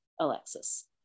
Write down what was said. Alexis